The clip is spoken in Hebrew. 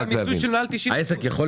שלהם יקרה